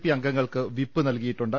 P അംഗങ്ങൾക്ക് whip നൽകിയിട്ടുണ്ട്